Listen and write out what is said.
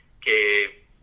que